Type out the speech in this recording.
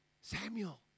Samuel